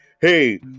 hey